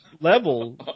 level